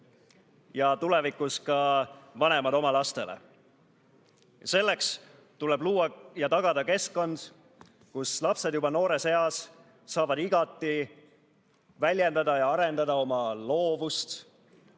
ja tulevikus ka vanemad oma lastele, tuleb luua ja tagada keskkond, kus lapsed juba noores eas saavad igati väljendada ja arendada oma loovust,